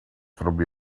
from